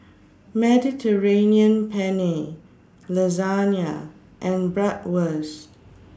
Mediterranean Penne Lasagna and Bratwurst